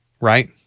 right